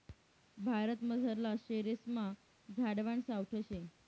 भारतमझारला शेरेस्मा झाडवान सावठं शे